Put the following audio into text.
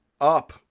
up